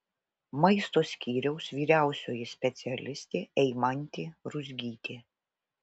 maisto skyriaus vyriausioji specialistė eimantė ruzgytė